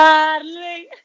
Darling